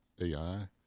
AI